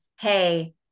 hey